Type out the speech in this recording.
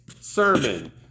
sermon